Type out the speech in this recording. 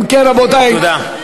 אם כן, רבותי, תודה.